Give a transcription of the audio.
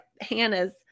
hannah's